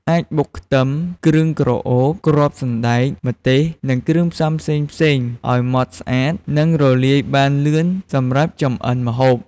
អាចបុកខ្ទឹម គ្រឿងក្រអូប គ្រាប់សណ្តែក ម្ទេស និងគ្រឿងផ្សំផ្សេងៗ ឲ្យម៉ត់ ស្អាត និងរំលាយបានលឿនសម្រាប់ចម្អិនម្ហូប។